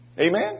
Amen